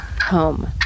home